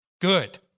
Good